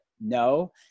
No